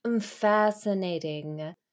Fascinating